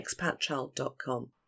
expatchild.com